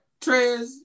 Trez